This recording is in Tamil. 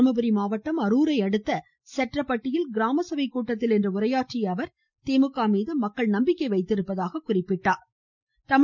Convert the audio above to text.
தர்மபுரி மாவட்டம் அரூரை அடுத்த செட்ரப்பட்டியில் கிராமசபைக் கூட்டத்தில் இன்று உரையாற்றிய அவர் திமுக மீது மக்கள் நம்பிக்கை வைத்திருப்பதாக குறிப்பிட்டார்